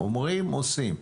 אומרים עושים.